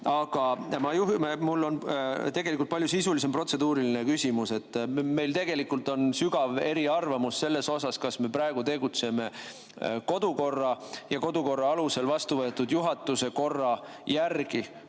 Aga mul on palju sisulisem protseduuriline küsimus. Meil tegelikult on sügav eriarvamus selles, kas me praegu tegutseme kodu- ja töökorra alusel vastu võetud juhatuse korra järgi,